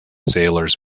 sailors